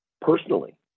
personally